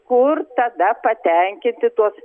kur tada patenkinti tuos